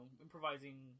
improvising